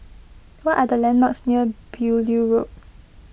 what are the landmarks near Beaulieu Road